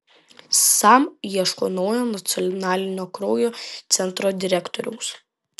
sam ieško naujo nacionalinio kraujo centro direktoriaus